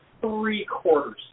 three-quarters